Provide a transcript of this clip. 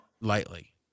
lightly